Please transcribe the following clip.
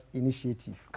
Initiative